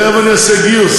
תכף אני אעשה גיוס.